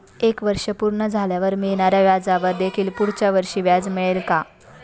एक वर्ष पूर्ण झाल्यावर मिळणाऱ्या व्याजावर देखील पुढच्या वर्षी व्याज मिळेल का?